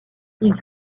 ils